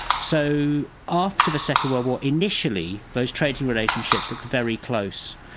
so after the second world war initially those trading relationships looked very close.